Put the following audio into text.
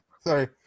Sorry